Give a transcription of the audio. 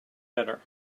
better